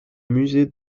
musées